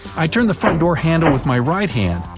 i turned the front door handle with my right hand,